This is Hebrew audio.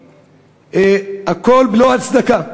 והכול בלא הצדקה.